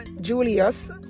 Julius